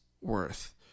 worth